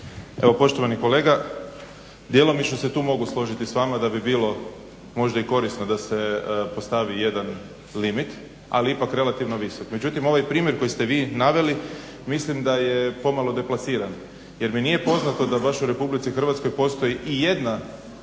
Poštovani kolega, djelomično se tu mogu složiti s vama da bi bilo možda i korisno da se postavi jedan limit ali ipak relativno visok. Međutim, ovaj primjer koji ste vi naveli mislim da je pomalo deplasiran jer mi nije poznato da baš u Republici Hrvatskoj postoji i jedna